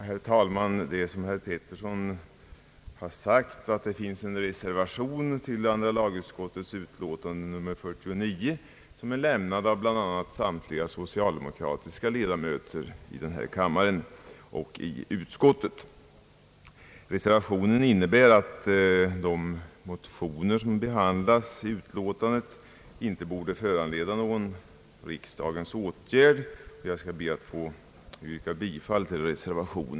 Herr talman! Det är så, som herr Pettersson sagt, att en reservation har fogats till andra lagutskottets utlåtande nr 49 — den är lämnad av bl.a. samtliga socialdemokratiska utskottsledamöter från denna kammare. Reservationen innebär att de motioner, som behandlas i utlåtandet, inte borde föranleda någon riksdagens åtgärd, och jag ber att få yrka bifall till reservationen.